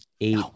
eight